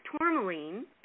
tourmaline